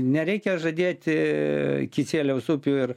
nereikia žadėti kisieliaus upių ir